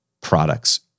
products